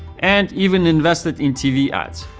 and even invested in tv ads,